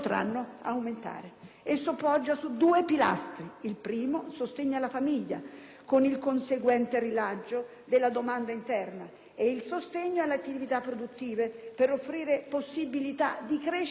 poggia su due pilastri: il sostegno alle famiglie, con il conseguente rilancio della domanda interna, e il sostegno alle attività produttive, per offrire possibilità di crescita economica.